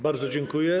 Bardzo dziękuję.